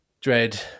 Dread